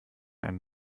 einen